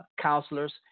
counselors